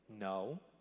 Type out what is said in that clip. no